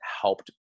helped